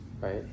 right